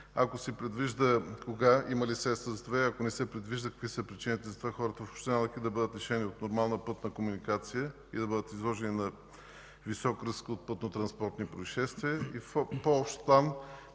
Ако се предвижда – кога, има ли средства за това? Ако не се предвижда, какви са причините за това хората в община Лъки да бъдат лишени от нормална пътна комуникация и да бъдат изложени на висок риск от пътно-транспортни произшествия? В по-общ план